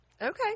Okay